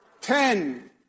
Ten